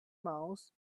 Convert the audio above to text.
mouse